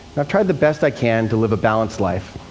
i've tried the best i can to live a balanced life.